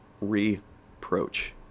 reproach